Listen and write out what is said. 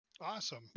Awesome